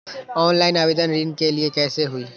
Online आवेदन ऋन के लिए कैसे हुई?